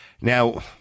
Now